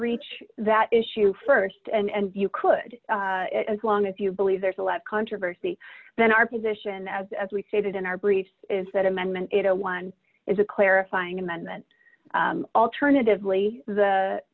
reach that issue st and you could as long as you believe there's a lot of controversy then our position as as we stated in our briefs is that amendment one is a clarifying amendment alternatively the